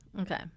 Okay